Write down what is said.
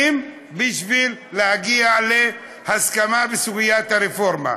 בשביל להגיע להסכמה בסוגיית הרפורמה,